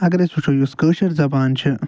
اگر أسۍ وچھو یۄس کٲشِر زبان چھِ